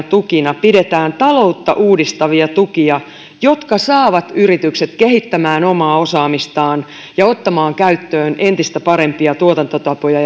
tukina pidetään taloutta uudistavia tukia jotka saavat yritykset kehittämään omaa osaamistaan ja ottamaan käyttöön entistä parempia tuotantotapoja